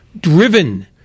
driven